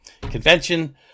convention